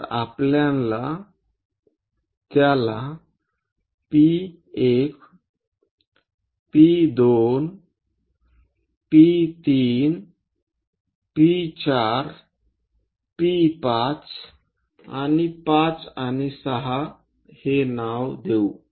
तर आपण त्याला P1 P2 P3 P4 P 5 आणि 5 आणि 6 नाव देऊ